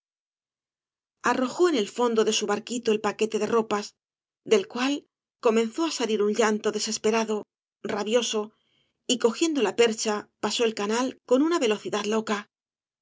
arrojó en el fondo de bu barquito el paquete de ropas del cual comenzó á salir un llanto de sesperado rabioso y cogiendo la percha pasó el canal con una velocidad loca